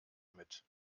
mit